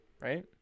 right